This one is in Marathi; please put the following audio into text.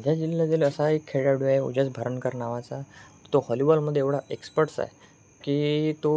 माझ्या जिल्ह्यातील असा एक खेळाडू आहे ओजस भरणकर नावाचा तो हॉलीबॉलमध्ये एवढा एक्सपर्ट्स आहे की तो